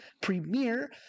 premiere